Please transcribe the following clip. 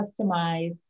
customize